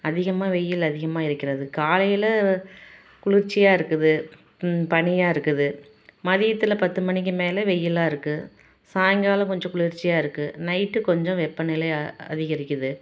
அதிகமாக வெயில் அதிகமாக இருக்கிறது காலையில் குளிர்ச்சியாக இருக்குது பனியாக இருக்குது மதியத்தில் பத்து மணிக்கு மேல் வெயிலாக இருக்குது சாயங்காலம் கொஞ்சம் குளிர்ச்சியாக இருக்குது நைட்டு கொஞ்சம் வெப்பநிலை அ அதிகரிக்கிறது